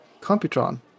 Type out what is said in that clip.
CompuTron